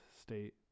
State